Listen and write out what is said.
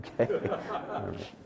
okay